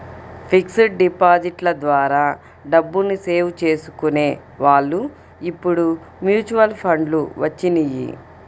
fixed డిపాజిట్ల ద్వారా డబ్బుని సేవ్ చేసుకునే వాళ్ళు ఇప్పుడు మ్యూచువల్ ఫండ్లు వచ్చినియ్యి